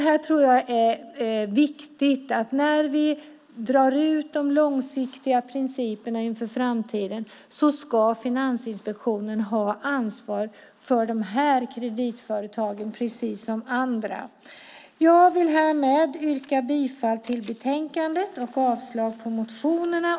När vi fastställer de långsiktiga principerna för framtiden tror jag att det är viktigt att Finansinspektionen ska ha ansvar för dessa kreditföretag på samma sätt som för andra kreditföretag. Jag vill härmed yrka bifall till utskottets förslag i betänkandet och avslag på motionerna.